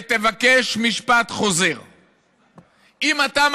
בהפגנה, מעבר לדחיפות, מעבר